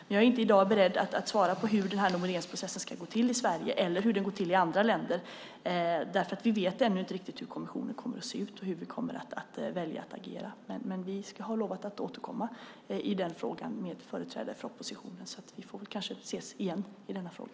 Men jag är i dag inte beredd att svara på hur denna nomineringsprocess ska gå till i Sverige eller hur den går till i andra länder eftersom vi ännu inte riktigt vet hur kommissionen kommer att se ut och hur vi kommer att välja att agera. Men vi har lovat att återkomma i den frågan till företrädare för oppositionen, och vi ses kanske igen i denna fråga.